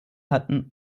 hatten